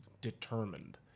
determined